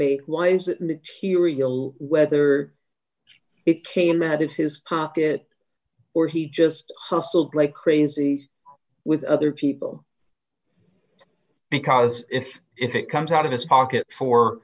make why is it material whether it came out of his pocket or he just hustled like crazy with other people because if it comes out of his pocket for